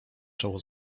czoło